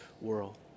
world